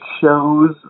shows